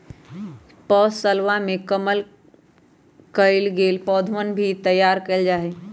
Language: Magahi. पौधशलवा में कलम कइल गैल पौधवन भी तैयार कइल जाहई